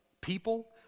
people